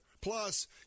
Plus